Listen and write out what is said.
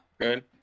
Good